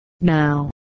Now